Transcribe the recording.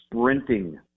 sprinting